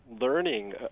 learning